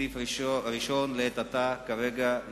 הסעיף הראשון יורד לעת עתה מסדר-היום,